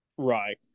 Right